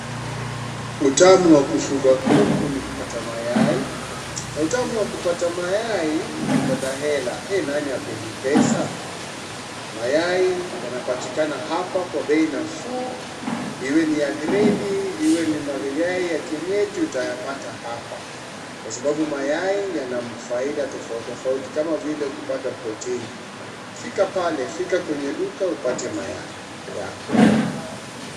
Utamu wa kufuga kuku ni kupata mayai. Na utamu wa kupata mayai ni kupata hela, Eeh! nani hapendi pesa? Mayai yanapatikana hapa, kwa bei nafuu, iwe ni ya gradi ,iwe ni mayai ya kienyeji, utayapata hapa. Kwa sababu mayai yana faida tofauti tofauti, kama vile kupata protini. Fika pale, fika kwenye duka upate mayai yako.